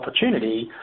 opportunity